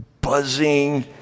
buzzing